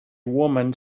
woman